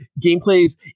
gameplays